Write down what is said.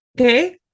okay